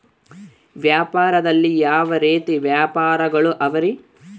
ವ್ಯಾಪಾರದಲ್ಲಿ ಯಾವ ರೇತಿ ವ್ಯಾಪಾರಗಳು ಅವರಿ?